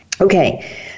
okay